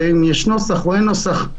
אם יש נוסח או אין נוסח,